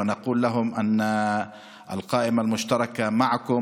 ואנו אומרים להם: הרשימה המשותפת איתכם